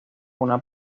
una